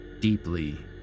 Deeply